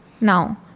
now